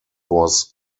was